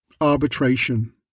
Arbitration